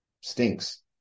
Stinks